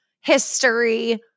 history